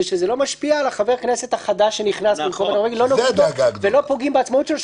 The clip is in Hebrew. שזה לא משפיע על חבר הכנסת החדש שנכנס ולא פוגעים בעצמאות שלו,